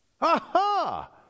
Aha